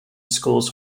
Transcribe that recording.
schools